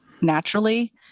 naturally